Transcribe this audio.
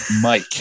Mike